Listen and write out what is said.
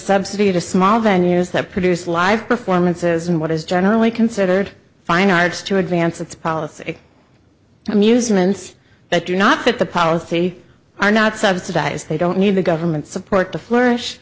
subsidy to small venues that produce live performances in what is generally considered fine arts to advance its policy amusements that do not fit the policy are not subsidized they don't need the government support to flourish